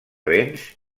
vents